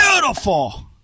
Beautiful